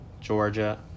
Georgia